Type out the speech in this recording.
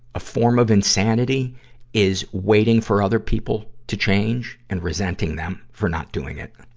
a form of insanity is waiting for other people to change and resenting them for not doing it.